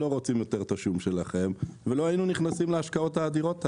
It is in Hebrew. לא רוצים יותר את השום שלכם ולא היינו נכנסים להשקעות האדירות האלה.